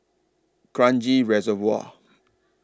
Kranji Reservoir